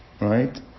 Right